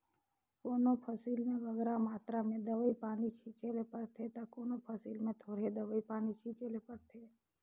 कोनो फसिल में बगरा मातरा में दवई पानी छींचे ले परथे ता कोनो फसिल में थोरहें दवई पानी छींचे ले परथे